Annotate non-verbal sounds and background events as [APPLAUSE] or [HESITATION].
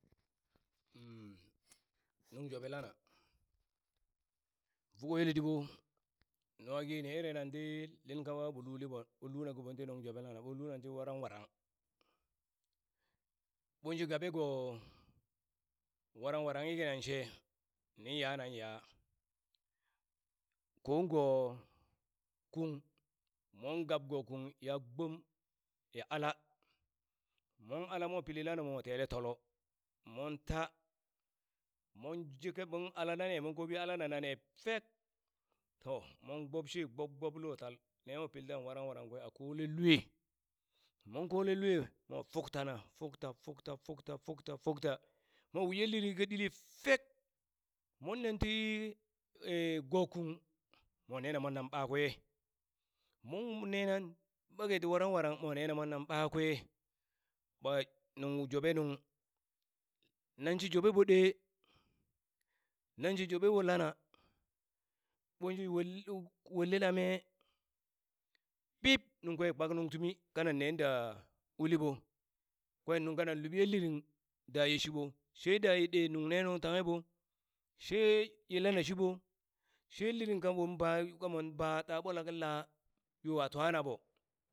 [NOISE] nung jobe lana [NOISE] vuko yele nwaki ni ere nan ti lin kawa ɓo luli ɓo, ɓon luna kiɓoŋ ti nuŋ joɓe lanaɓo ɓon luna ti warangwarang, ɓon shi gabe go warangwarang kinan she nin yanan yaa koŋ goo kung mon gab goo kung ya gbom ya ala mon ala mo pili lanamo mwa te tolo mon taa mon jika mon alale lane mon kobi alana nane fek to mon gbob she gbob gbob lo tal ne mo pil ten warangwarang kwe a kolen lue mon kolen lue mwa fuktana fukta fukta fukta fukta fukta mwa wi ye liriŋ ka ɗili fek! mon nen ti [HESITATION] goo kung monena monan ɓakwe mon nena ɓake ti warangwarang mo nena monan ɓakwe ɓa nuŋ joɓe nung nanshi joɓeɓo ɗee nan shi joɓe mo lana ɓon shi wol kn wolena me pip nungkwe kpak nung tumi kana neen da uli ɓo kwen nungka nan luɓi ye liring daye shiɓo she daye ɗe nungne nuŋ tanghe ɓo she ye lana shiɓo she liring kaɓon baa ka mon baa ta ɓwalak yowa twana ɓo